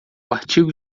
artigo